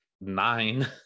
nine